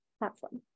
platform